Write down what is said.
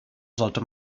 sollte